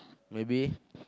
maybe